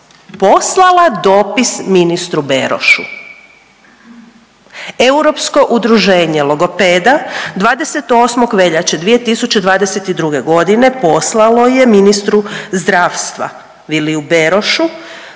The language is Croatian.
poslala dopis ministru Berošu, europsko udruženje logopeda 28. veljače 2022. g. poslalo je ministru zdravstva Viliju Berošu